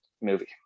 movie